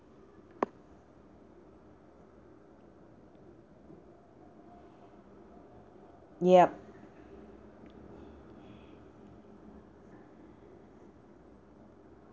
yup